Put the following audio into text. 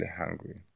hungry